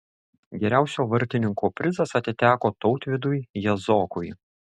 geriausio vartininko prizas atiteko tautvydui jazokui